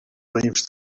raïms